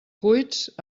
cuits